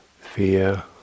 fear